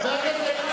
חבר הכנסת,